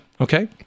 okay